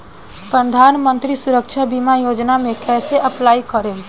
प्रधानमंत्री सुरक्षा बीमा योजना मे कैसे अप्लाई करेम?